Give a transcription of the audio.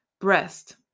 Breast